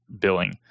billing